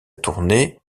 tournée